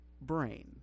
brain